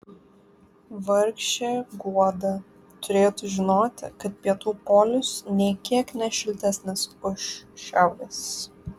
vargšė guoda turėtų žinoti kad pietų polius nė kiek ne šiltesnis už šiaurės